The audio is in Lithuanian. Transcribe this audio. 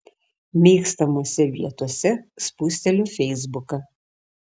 mėgstamose vietose spusteliu feisbuką